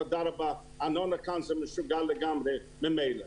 תודה רבה, הארנונה כאן זה משוגע לגמרי ממילא.